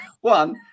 One